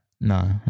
no